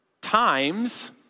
times